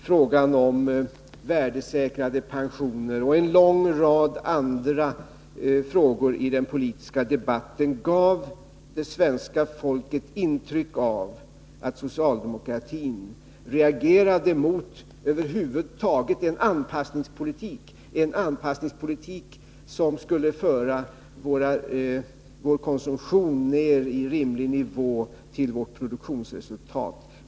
Frågan om värdesäkrade pensioner och en lång rad andra frågor i den politiska debatten gav det svenska folket intryck av att socialdemokratin reagerade mot en anpassningspolitik över huvud taget, en anpassningspolitik som skulle föra ner vår konsumtion i rimlig nivå med vårt produktionsresultat.